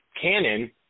canon